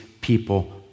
people